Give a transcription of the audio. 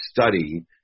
study